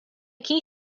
key